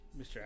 Mr